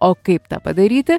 o kaip tą padaryti